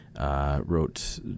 wrote